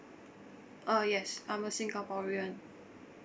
uh yes I'm a singaporean